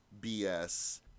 bs